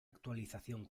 actualización